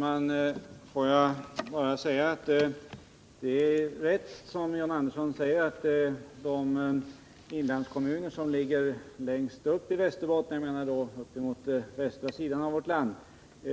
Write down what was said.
Herr talman! Det är riktigt som John Andersson säger, att de inlandskommuner som ligger längst upp i Västerbotten — sidan av vårt land —